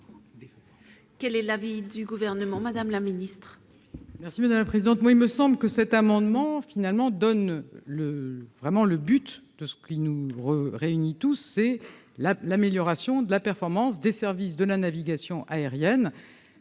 Quel est l'avis du gouvernement, Madame la Ministre.